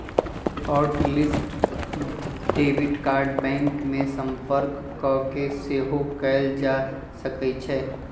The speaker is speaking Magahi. hot list debit card bank में संपर्क कऽके सेहो कएल जा सकइ छै